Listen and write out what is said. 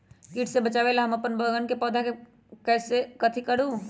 किट से बचावला हम अपन बैंगन के पौधा के कथी करू?